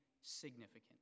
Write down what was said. significant